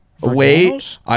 wait